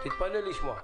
תתפלא לשמוע.